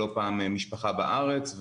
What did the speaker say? לא פעם משפחה בארץ,